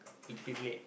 a bit late